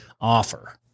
offer